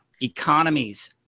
Economies